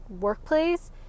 workplace